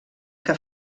que